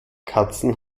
katzen